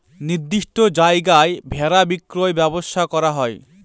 নির্দিষ্ট জায়গায় ভেড়া বিক্রির ব্যবসা করা হয়